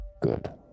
Good